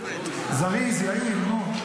זריז, נו.